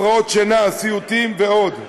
הפרעות שינה, סיוטים ועוד,